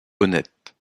honnête